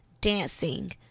dancing